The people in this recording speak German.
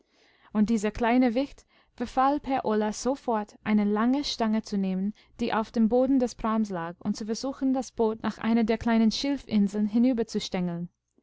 und dieser kleine wicht befahl per ola sofort eine lange stange zu nehmen die auf dem boden des prahms lag und zu versuchen das boot nach einer der kleinen schilfinseln